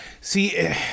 See